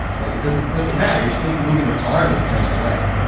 like it doesn't it doesn't matter, you're still moving your arm the same way.